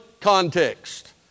context